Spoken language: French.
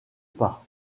pas